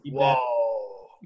whoa